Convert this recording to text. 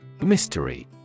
Mystery